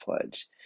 pledge